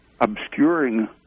obscuring